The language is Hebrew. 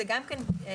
זה גם כן דומה.